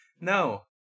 no